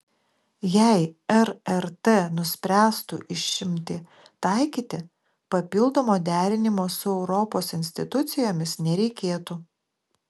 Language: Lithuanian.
jei rrt nuspręstų išimtį taikyti papildomo derinimo su europos institucijomis nereikėtų